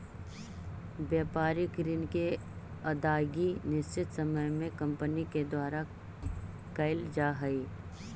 व्यापारिक ऋण के अदायगी निश्चित समय में कंपनी के द्वारा कैल जा हई